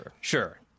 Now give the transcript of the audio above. Sure